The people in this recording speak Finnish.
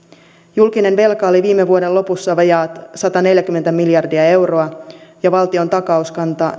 julkinen velka oli viime vuoden lopussa vajaat sataneljäkymmentä miljardia euroa ja valtion takauskanta